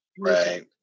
right